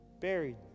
buried